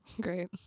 Great